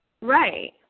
Right